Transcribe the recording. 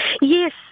Yes